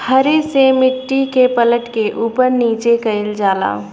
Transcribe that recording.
हरे से मट्टी के पलट के उपर नीचे कइल जाला